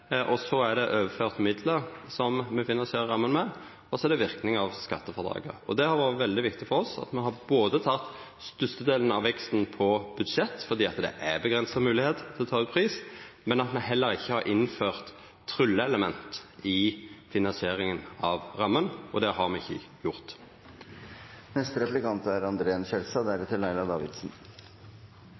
det. Så er det overført midlar som me finansierer ramma med, og så er det verknader av skattefrådraget. Det har vore veldig viktig for oss at me har teke størstedelen av veksten på budsjettet fordi det er avgrensa moglegheit til å ta ut på pris, men at me heller ikkje har innført trylleelement i finansieringa av ramma – og det har me ikkje gjort. Jeg er